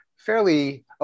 fairly